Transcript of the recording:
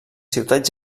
ciutat